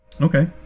okay